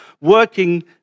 working